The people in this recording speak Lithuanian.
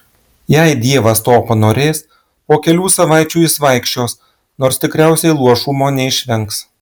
jei dievas to panorės po kelių savaičių jis vaikščios nors tikriausiai luošumo neišvengs